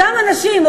אותם אנשים,